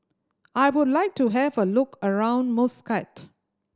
I would like to have a look around Muscat